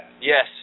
Yes